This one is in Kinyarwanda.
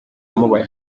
wamuhaye